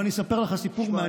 אבל אני אספר לך סיפור מעניין,